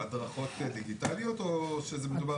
מדובר